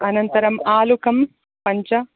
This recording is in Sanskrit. अनन्तरम् आलुकं पञ्च